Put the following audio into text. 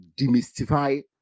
demystify